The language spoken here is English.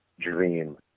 dream